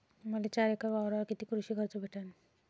मले चार एकर वावरावर कितीक कृषी कर्ज भेटन?